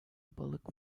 balık